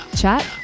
chat